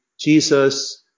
Jesus